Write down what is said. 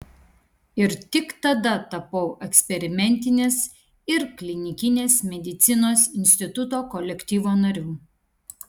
ir tik tada tapau eksperimentinės ir klinikinės medicinos instituto kolektyvo nariu